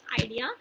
idea